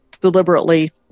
deliberately